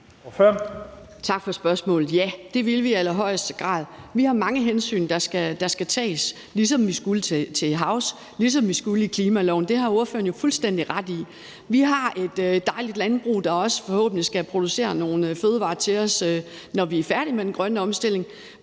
Tak for spørgsmålet. Ja, det vil vi i allerhøjeste grad. Vi har mange hensyn, der skal tages, ligesom vi havde det til områder til havs, ligesom vi havde det i klimaloven. Det har ordføreren fuldstændig ret i. Vi har et dejligt landbrug, der forhåbentlig også skal producere nogle fødevarer til os, når vi er færdige med den grønne omstilling.